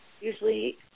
Usually